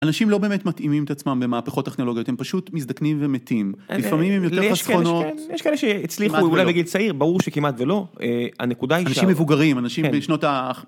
אנשים לא באמת מתאימים את עצמם במהפכות טכנולוגיות, הם פשוט מזדקנים ומתים. לפעמים הם יותר חסכונות. יש כאלה שהצליחו אולי בגיל צעיר, ברור שכמעט ולא. הנקודה היא שאנשים מבוגרים, אנשים בשנות ה...